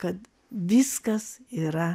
kad viskas yra